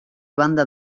banda